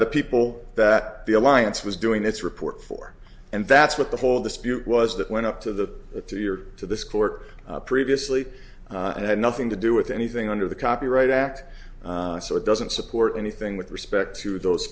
the people that the alliance was doing its report for and that's what the whole dispute was that went up to the the to your to this court previously and had nothing to do with anything under the copyright act so it doesn't support anything with respect to those